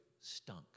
stunk